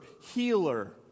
Healer